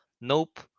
Nope